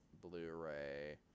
Blu-ray